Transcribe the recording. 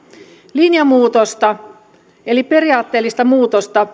linjanmuutosta eli periaatteellista muutosta